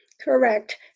Correct